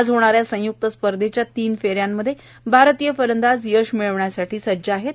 आज होणा या संयुक्त स्पर्धेच्या तीन फफ्यामध्या भारतीय तिरंदाज यश मिळवण्यासाठी सज्ज आहत्त